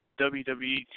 WWE